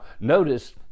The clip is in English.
notice